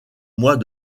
mois